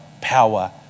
power